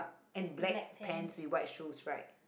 and black pants in white shoes right